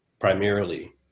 primarily